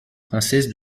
princesse